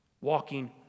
walking